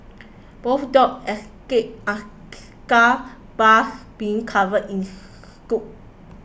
both dogs escaped unscathed bars being covered in soot